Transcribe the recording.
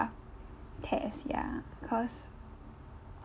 test ya cause